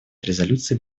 резолюции